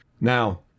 Now